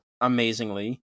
amazingly